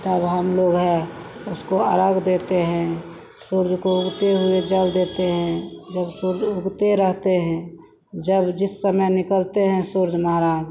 तब हमलोग हैं उसको अरघ देते हैं सूर्य को उगते हुए जल देते हैं जब सूर्य उगते रहते हैं जब जिस समय निकलते हैं सूर्य महाराज